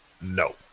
No